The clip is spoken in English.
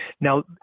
Now